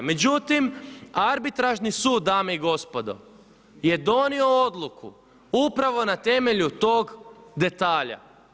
Međutim, Arbitražni sud dame i gospodo je donio odluku upravo na temelju tog detalja.